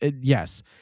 Yes